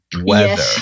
weather